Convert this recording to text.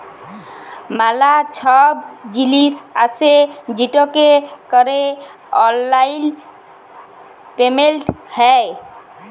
ম্যালা ছব জিলিস আসে যেটতে ক্যরে অললাইল পেমেলট হ্যয়